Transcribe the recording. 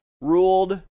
ruled